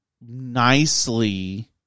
nicely